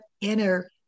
inner